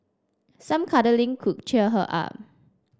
some cuddling could cheer her up